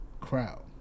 crowd